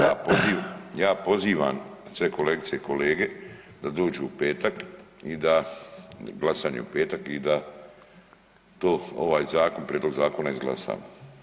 Ja pozivam sve kolegice i kolege da dođu u petak i da, glasanje je u petak, i da to ovaj zakon, prijedlog zakona izglasamo.